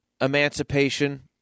emancipation